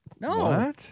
No